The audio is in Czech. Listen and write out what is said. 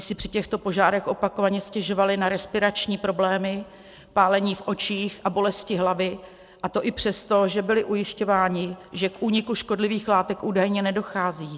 Mnozí si při těchto požárech opakovaně stěžovali na respirační problémy, pálení v očích a bolesti hlavy, a to i přesto, že byli ujišťováni, že k úniku škodlivých látek údajně nedochází.